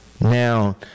Now